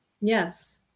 Yes